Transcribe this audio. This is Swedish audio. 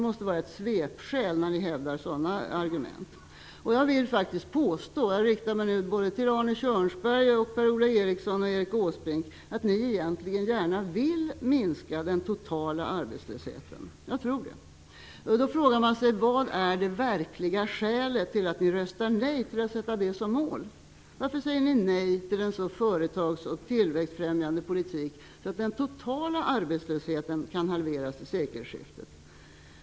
Att ta till sådana argument måste vara ett svepskäl. Jag riktar mig nu till Arne Kjörnsberg, Per-Ola Eriksson och Erik Åsbrink och påstår att ni egentligen gärna vill minska den totala arbetslösheten. Jag tror det. Man frågar sig då vilket det verkliga skälet är till att ni röstar nej till att sätta detta som mål. Varför säger ni nej till en politik som är så företags och tillväxtfrämjande att den totala arbetslösheten kan halveras till sekelskiftet?